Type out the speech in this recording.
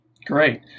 Great